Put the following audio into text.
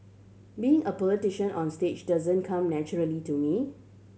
being a politician onstage doesn't come naturally to me